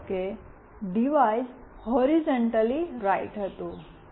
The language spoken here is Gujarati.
માની લો કે ડિવાઇસ હૉરિઝૉન્ટલી રાઈટ હતું